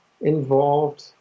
involved